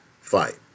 fight